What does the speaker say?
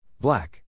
Black